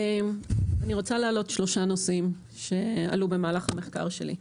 אני רוצה להעלות שלושה נושאים שעלו במהלך המחקר שלי.